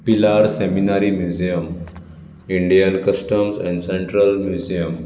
Pilar seminary museum Indian custom and central museum